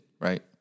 right